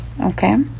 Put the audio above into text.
Okay